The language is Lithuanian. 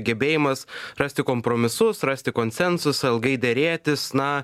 gebėjimas rasti kompromisus rasti konsensusą ilgai derėtis na